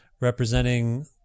representing